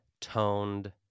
toned